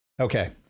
Okay